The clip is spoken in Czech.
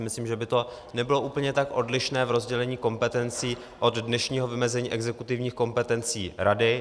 Myslím si, že by to nebylo úplně tak odlišné v rozdělení kompetencí od dnešního vymezení exekutivních kompetencí rady.